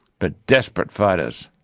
but desperate fighters,